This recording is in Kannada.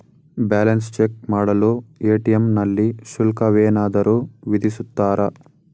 ಬ್ಯಾಲೆನ್ಸ್ ಚೆಕ್ ಮಾಡಲು ಎ.ಟಿ.ಎಂ ನಲ್ಲಿ ಶುಲ್ಕವೇನಾದರೂ ವಿಧಿಸುತ್ತಾರಾ?